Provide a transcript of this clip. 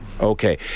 Okay